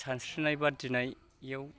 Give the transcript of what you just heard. सानस्रिनाय बादिनायाव